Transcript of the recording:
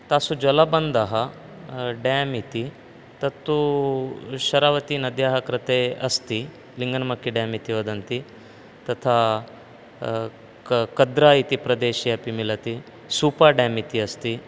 तासु जलबन्धः डेम् इति तत्तु शरावतिनद्याः कृते अस्ति लिङ्गनमक्कि डेम् इति वदन्ति तथा क कद्रा इति प्रदेशे अपि मिलति सूपा डेम् इति अस्ति